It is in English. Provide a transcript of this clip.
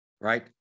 right